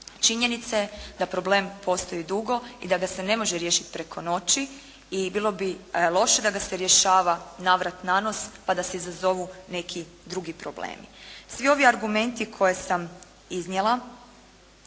Činjenica je da problem postoji dugo i da ga se ne može riješiti preko noći i bilo bi loše da ga se rješava navrat nanos pa da se izazovu neki drugi problemi. Svi ovi argumenti koje sam iznijela